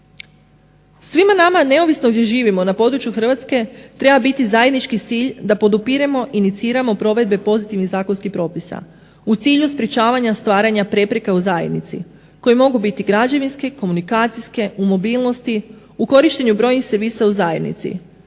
Svima nama neovisno gdje živimo na području Hrvatske treba biti zajednički cilj da podupiremo iniciramo provedbe pozitivnih zakonskih propisa u cilju sprečavanja stvaranja prepreka u zajednice koje mogu biti građevinske, komunikacije, u mobilnosti, u korištenju brojnih servisa u zajednici